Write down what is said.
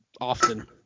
often